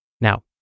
Now